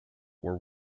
were